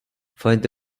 find